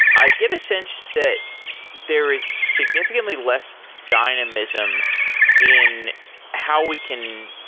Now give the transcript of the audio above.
i get a sense that there is significantly less dynamism in how we can